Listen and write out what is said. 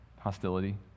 Hostility